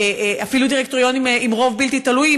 ואפילו דירקטוריונים עם רוב בלתי תלוי,